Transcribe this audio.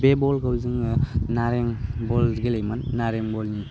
बे बलखौ जोङो नारें बल गेलेयोमोन नारें बलनि